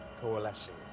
coalescing